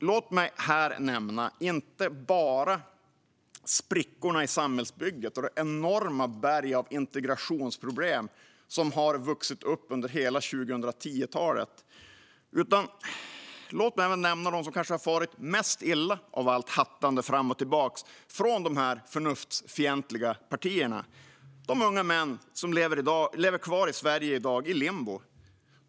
Låt mig här nämna inte bara sprickorna i samhällsbygget och det enorma berg av integrationsproblem som har byggts upp under hela 2010-talet. Utan låt mig även nämna dem som kanske har farit mest illa av allt hattande fram och tillbaka som de förnuftsfientliga partierna har ägnat sig åt, nämligen de unga män som i dag lever kvar i limbo i Sverige.